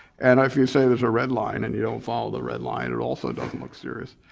and if you say there's a red line and you don't follow the red line it also doesn't look serious.